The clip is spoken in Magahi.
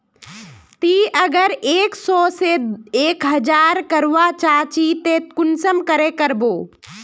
ती अगर एक सो से एक हजार करवा चाँ चची ते कुंसम करे करबो?